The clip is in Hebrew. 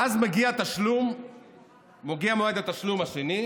ואז מגיע מועד התשלום השני.